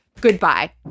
Goodbye